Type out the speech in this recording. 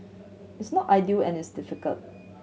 it's not ideal and it's difficult